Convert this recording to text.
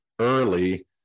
early